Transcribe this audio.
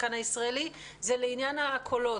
היא לעניין הקולות.